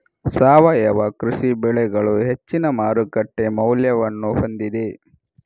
ಸಾವಯವ ಕೃಷಿ ಬೆಳೆಗಳು ಹೆಚ್ಚಿನ ಮಾರುಕಟ್ಟೆ ಮೌಲ್ಯವನ್ನು ಹೊಂದಿದೆ